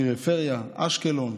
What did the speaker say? הפריפריה, אשקלון,